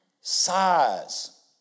size